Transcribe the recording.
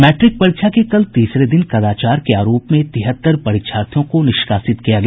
matric परीक्षा के कल तीसरे दिन कदाचार के आरोप में तिहत्तर परीक्षार्थियों को निष्कासित किया गया